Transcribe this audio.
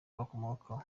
bakomokaho